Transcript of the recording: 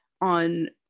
on